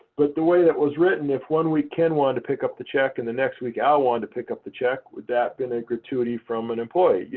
but the way that was written, if one week, ken wanted to pick up the check, and the next week, al wanted to pick up the check, would that be and a gratuity from an employee? yeah